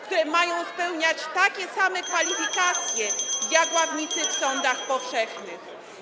które mają spełniać takie same kwalifikacje jak ławnicy w sądach powszechnych.